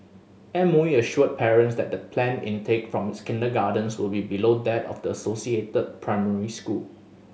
M O E assured parents that the planned intake from its kindergartens will be below that of the associated primary school